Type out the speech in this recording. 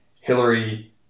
Hillary